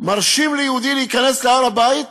מרשים ליהודי להיכנס להר-הבית,